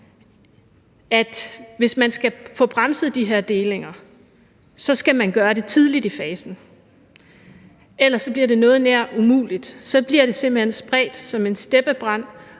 at hvis man skal få bremset de her delinger, skal man gøre det tidligt i forløbet. Ellers bliver det noget nær umuligt. Så bliver det simpelt hen spredt som en steppebrand,